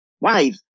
Wife